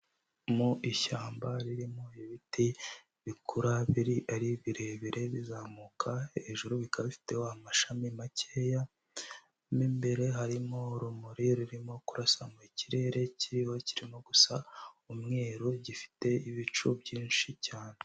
Mu ishyamba ririmo ibiti bikura biri ari birebire bizamuka hejuru bikaba ifite amashami makeya. Mu imbere harimo urumuri rurimo kurasa mu ikirere kiriho kiri gusa umweru gifite ibicu byinshi cyane.